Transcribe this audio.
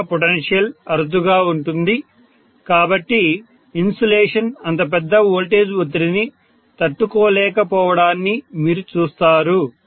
ఏదైనా పొటెన్షియల్ అరుదుగా ఉంటుంది కాబట్టి ఇన్సులేషన్ అంత పెద్ద వోల్టేజ్ ఒత్తిడిని తట్టుకోలేకపోవడాన్ని మీరు చూస్తారు